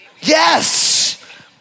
Yes